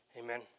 Amen